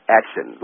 action